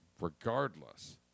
regardless